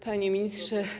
Panie Ministrze!